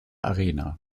arena